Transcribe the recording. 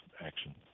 action